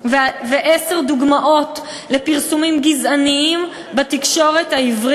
שיש בו תרומה של ממש להתייחסות הרצינית של הגופים